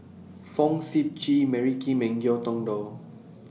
Fong Sip Chee Mary Kim and Ngiam Tong Dow